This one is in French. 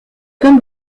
comme